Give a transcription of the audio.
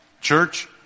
church